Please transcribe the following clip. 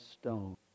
stone